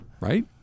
right